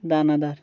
দানাদার